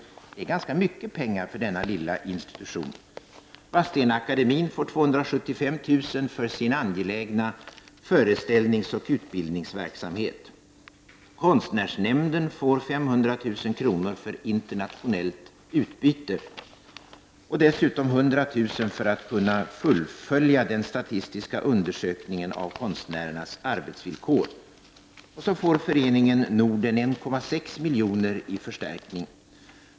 Det är ganska mycket pengar för denna lilla institution. Vadstena-akademien får 275 000 kr. för sin angelägna verksamhet med föreställningar och utbildning. Konstnärsnämnden får 500 000 kr. för internationellt utbyte och dessutom 100 000 kr. för att kunna fullfölja den statistiska undersökningen om konstnärernas arbetsvillkor. Svenska föreningen Norden får 1,6 milj.kr. i förstärkning.